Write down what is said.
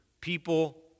people